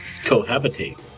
cohabitate